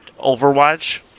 Overwatch